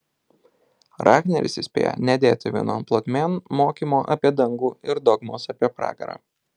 rahneris įspėja nedėti vienon plotmėn mokymo apie dangų ir dogmos apie pragarą